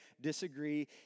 disagree